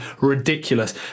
ridiculous